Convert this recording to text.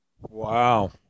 Wow